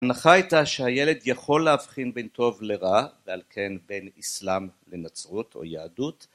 ההנחה הייתה שהילד יכול להבחין בין טוב לרע ועל כן בין אסלאם לנצרות או יהדות